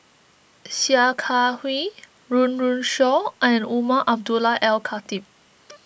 Sia Kah Hui Run Run Shaw and Umar Abdullah Al Khatib